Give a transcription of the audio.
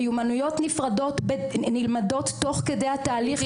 מיומנויות נפרדות נלמדות תוך כדי התהליך,